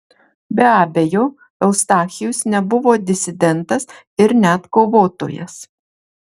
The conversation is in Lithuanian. be abejo eustachijus nebuvo disidentas ir net kovotojas